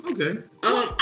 okay